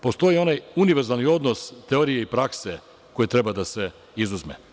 Postoji onaj univerzalni odnos teorije i prakse koji treba da se izuzme.